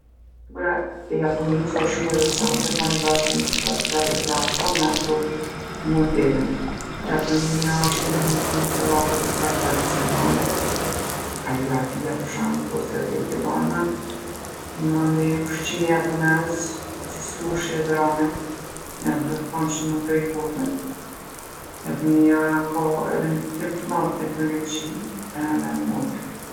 Kultura e Japonisë osht shumë e vecantë. E ka ni bashkim të traditave të lashta me ato moderne. Japonia osht e njohun për artet e saj tradicionale, si kaligrafia për shembull ose edhe ikebana. Mandej ushqimi japonez si sushi edhe ramen janë të famshëm në krejt botën. Japonia ka edhe ndikim t'madh n'teknologji edhe n'modë.